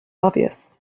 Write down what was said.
obvious